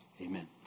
Amen